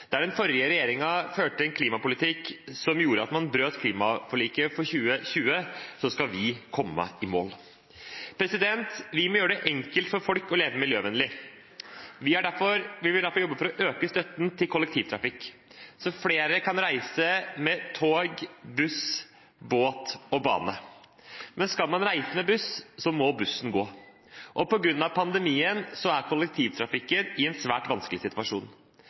Der den forrige regjeringen førte en klimapolitikk som gjorde at man brøt klimaforliket for 2020, skal vi komme i mål. Vi må gjøre det enkelt for folk å leve miljøvennlig. Vi vil derfor jobbe for å øke støtten til kollektivtrafikk sånn at flere kan reise med tog, buss, båt og bane. Men skal man reise med buss, må bussen gå, og på grunn av pandemien er kollektivtrafikken i en svært vanskelig situasjon. Der jeg bor, i Akershus i Viken, er Ruter nå i en svært alvorlig situasjon.